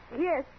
Yes